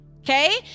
Okay